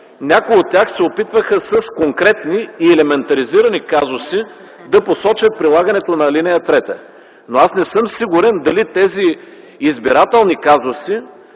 Някои от тях се опитваха с конкретни и елементаризирани казуси да посочат прилагането на ал. 3. Аз не съм сигурен дали тези избирателни казуси,